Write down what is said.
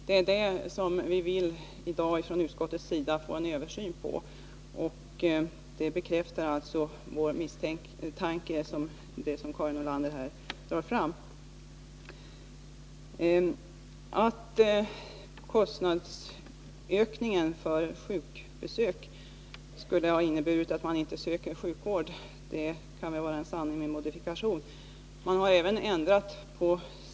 Det är detta som vi från utskottets sida vill skall ses Över. Att kostnadsökningen för sjukbesök skulle ha inneburit att man inte söker sjukvård är nog en sanning med modifikation.